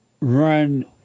run